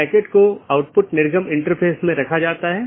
विशेषता का संयोजन सर्वोत्तम पथ का चयन करने के लिए उपयोग किया जाता है